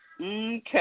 Okay